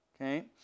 Okay